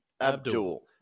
Abdul